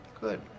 Good